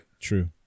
True